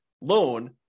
loan